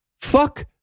fuck